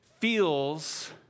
feels